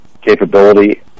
capability